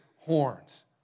horns